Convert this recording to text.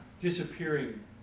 Disappearing